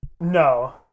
No